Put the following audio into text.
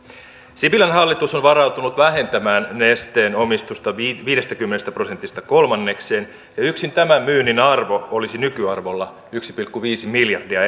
sipilän hallitus on varautunut vähentämään nesteen omistusta viidestäkymmenestä prosentista kolmannekseen ja yksin tämän myynnin arvo olisi nykyarvolla yksi pilkku viisi miljardia